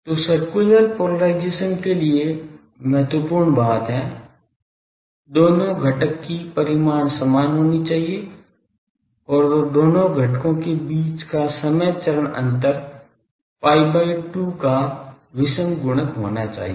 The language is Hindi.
तो सर्कुलर पोलराइजेशन के लिए महत्वपूर्ण बात है दोनों घटक की परिमाण समान होनी चाहिए और दोनों घटकों के बीच का समय चरण अंतर pi by 2 का विषम गुणक होना चाहिए